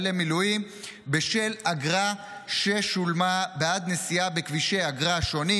מילואים בשל אגרה ששולמה בעד נסיעה בכבישי אגרה שונים,